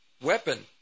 weapon